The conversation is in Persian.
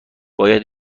باید